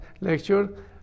lecture